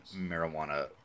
marijuana